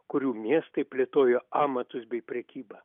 kurių miestai plėtojo amatus bei prekybą